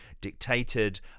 dictated